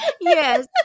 yes